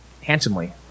handsomely